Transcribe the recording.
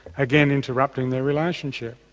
again interrupting their relationship.